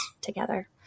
together